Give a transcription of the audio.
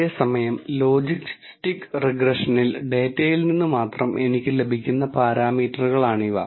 അതേസമയം ലോജിസ്റ്റിക് റിഗ്രഷനിൽ ഡാറ്റയിൽ നിന്ന് മാത്രം എനിക്ക് ലഭിക്കുന്ന പരാമീറ്ററുകളാണിവ